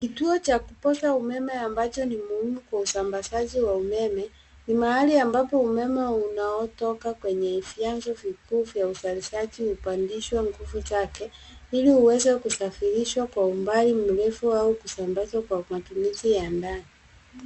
Kituo cha kupoza umeme ambacho ni muhimu kwa usambazaji wa umeme. Ni mahali ambapo umeme unaotoka kwenye vianzo vikuu vya uzalishaji hupandishwa nguvu zake, ili uweze kusafirishwa kwa umbali mrefu au kusambazwa kwa matumizi ya ndani.